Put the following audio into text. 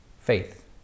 faith